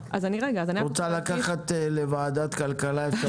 את רוצה לקחת לוועדת הכלכלה את ההשפעה שלה על החוק?